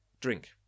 drink